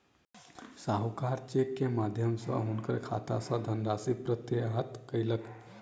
साहूकार चेक के माध्यम सॅ हुनकर खाता सॅ धनराशि प्रत्याहृत कयलक